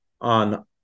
on